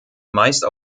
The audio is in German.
meist